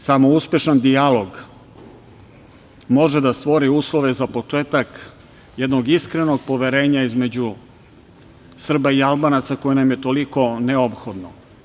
Samo uspešan dijalog može da stvori uslove za početak jednog iskrenog poverenja između Srba i Albanaca, koje nam je toliko neophodno.